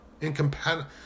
incompatible